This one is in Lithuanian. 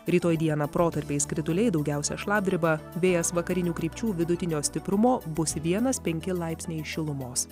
rytoj dieną protarpiais krituliai daugiausia šlapdriba vėjas vakarinių krypčių vidutinio stiprumo bus vienas penki laipsniai šilumos